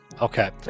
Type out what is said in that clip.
Okay